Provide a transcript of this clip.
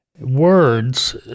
words